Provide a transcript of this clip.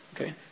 Okay